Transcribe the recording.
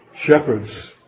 shepherds